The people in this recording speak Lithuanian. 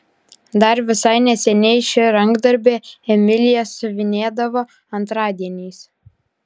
dar visai neseniai šį rankdarbį emilija siuvinėdavo antradieniais